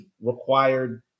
required